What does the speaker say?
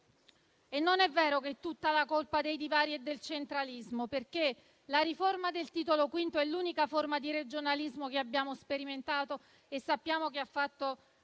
Non è vero che tutta la colpa dei divari è del centralismo, perché la riforma del Titolo V è l'unica forma di regionalismo che abbiamo sperimentato e sappiamo che ha fatto